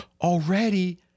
already –